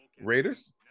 Raiders